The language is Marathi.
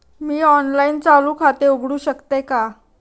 मी ऑनलाइन चालू खाते उघडू शकते का?